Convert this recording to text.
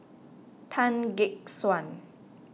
Tan Gek Suan